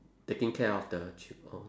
taking care of the chil~ oh